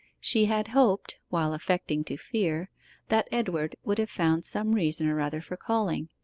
she had hoped while affecting to fear that edward would have found some reason or other for calling,